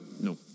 No